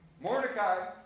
Mordecai